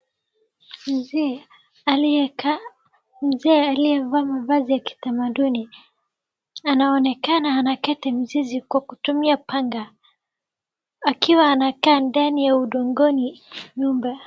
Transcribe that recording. Mzee aliyeva mavazi ya kitamaduni anaonekana anakata mzizi kwa kutumia panga akiwa anakaa ndani ya udongoni nyumba.